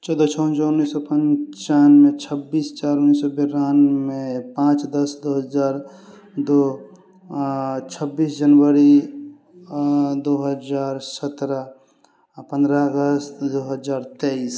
चौदह छओ उनीस सए पंचानबे छब्बीस चारि उन्नीस सए बेरानबे पांच दस दू हजार दू छब्बीस जनवरी दू हजार सतरह पन्द्रह अगस्त दू हजार तेइस